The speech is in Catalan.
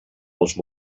dels